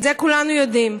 את זה כולנו ידעים.